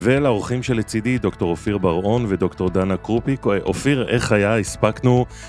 ולאורחים שלצידי, דוקטור אופיר בר-און ודוקטור דנה קרופיק. אופיר, איך היה? הספקנו.